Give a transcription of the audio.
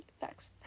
Thanks